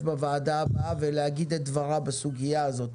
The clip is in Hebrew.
בישיבה הבאה ולהגיד את דברה בסוגיה זאת.